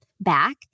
back